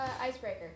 Icebreaker